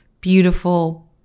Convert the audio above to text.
beautiful